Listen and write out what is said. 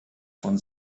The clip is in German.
von